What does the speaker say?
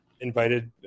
invited